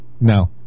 No